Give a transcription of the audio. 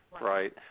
right